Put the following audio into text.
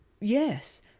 yes